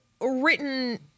written